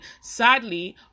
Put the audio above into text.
sadly